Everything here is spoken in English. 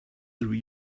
through